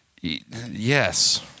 Yes